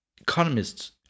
Economists